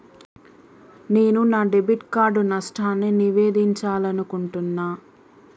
నేను నా debit card నష్టాన్ని నివేదించాలనుకుంటున్నా